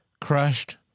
crushed